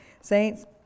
Saints